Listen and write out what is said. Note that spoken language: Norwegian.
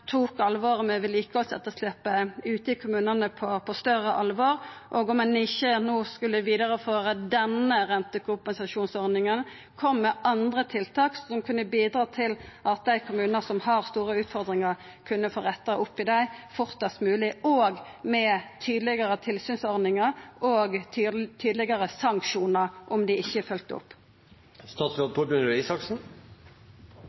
tok vedlikehaldsetterslepet ute i kommunane på større alvor, og at ein, om ein no ikkje skulle vidareføra denne rentekompensasjonsordninga, kom med tiltak som kunne bidra til at dei kommunane som har store utfordringar, kunne få retta opp i dei fortast mogleg, òg med tydelegare tilsynsordningar og tydelegare sanksjonar om det ikkje er følgt